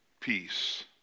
peace